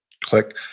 click